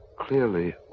Clearly